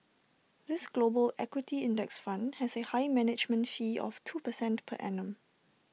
this global equity index fund has A high management fee of two percent per annum